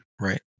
right